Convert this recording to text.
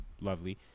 lovely